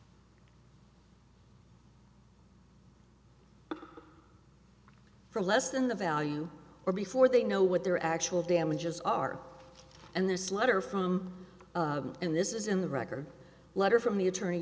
there for less than the value or before they know what their actual damages are and this letter from him this is in the record letter from the attorney